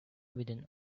within